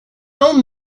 old